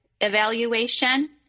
evaluation